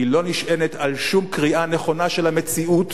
היא לא נשענת על שום קריאה נכונה של המציאות.